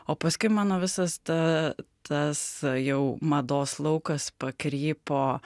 o paskui mano visas ta tas jau mados laukas pakrypo